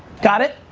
got it?